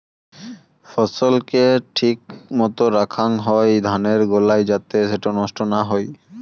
ফছল কে ঠিক মতো রাখাং হই ধানের গোলায় যাতে সেটো নষ্ট না হই